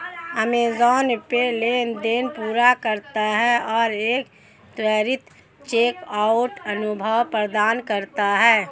Amazon पे लेनदेन पूरा करता है और एक त्वरित चेकआउट अनुभव प्रदान करता है